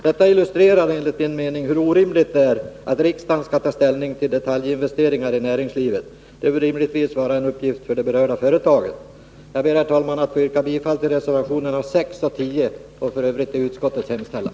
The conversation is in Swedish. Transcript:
Det illustrerar enligt min mening hur orimligt det är att riksdagen skall ta ställning till detaljinvesteringar i näringslivet. Det bör rimligtvis vara en uppgift för det berörda företaget. Jag ber, herr talman, att få yrka bifall till reservationerna 6 och 10 och i Övrigt till utskottets hemställan.